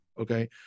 Okay